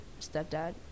stepdad